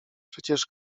przecież